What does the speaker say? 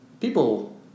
people